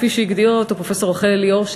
כפי שהגדירה אותו פרופסור רחל אליאור,